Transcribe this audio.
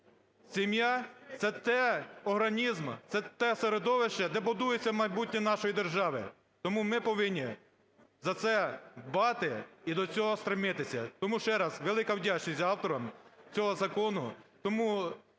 Сім'я – це організм, це те середовище, де будується майбутнє нашої держави, тому ми повинні за це дбати і до цьогостремитися. Тому ще раз велика вдячність авторам цього закону.